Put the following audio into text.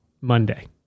Monday